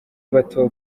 bato